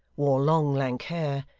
wore long lank hair,